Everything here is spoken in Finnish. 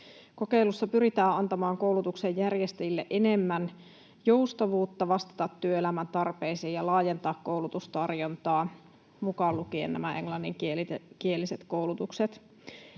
Kokeilussa pyritään antamaan koulutuksen järjestäjille enemmän joustavuutta vastata työelämän tarpeisiin ja laajentaa koulutustarjontaa, mukaan lukien nämä englanninkieliset koulutukset.